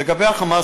לגבי ה"חמאס",